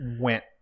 went